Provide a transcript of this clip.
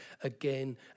again